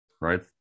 right